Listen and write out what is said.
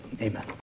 amen